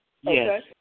Yes